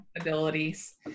abilities